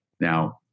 now